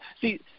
See